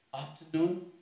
afternoon